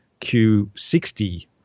Q60